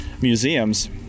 museums